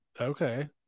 Okay